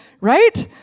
right